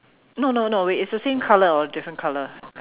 no no no wait it's the same colour or a different colour